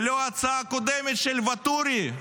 ולא ההצעה הקודמת של ואטורי,